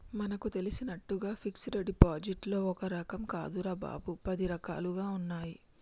మనకు తెలిసినట్లుగా ఫిక్సడ్ డిపాజిట్లో ఒక్క రకం కాదురా బాబూ, పది రకాలుగా ఉన్నాయి